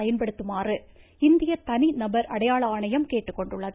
பயன்படுத்துமாறு இந்திய தனிநபர் அடையாள ஆணையம் கேட்டுக்கொண்டுள்ளது